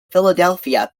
philadelphia